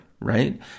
right